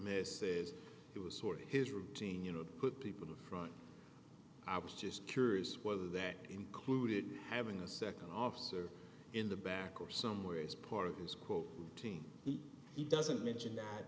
miss it was sort of his routine you know put people in front i was just curious whether that included having a second officer in the back or somewhere as part of his quote team he doesn't mention that